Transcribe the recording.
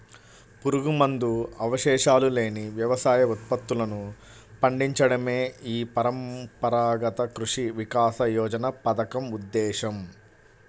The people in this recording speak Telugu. పురుగుమందు అవశేషాలు లేని వ్యవసాయ ఉత్పత్తులను పండించడమే ఈ పరంపరాగత కృషి వికాస యోజన పథకం ఉద్దేశ్యం